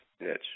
niche